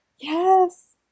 Yes